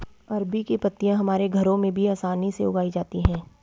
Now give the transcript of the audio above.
अरबी की पत्तियां हमारे घरों में भी आसानी से उगाई जाती हैं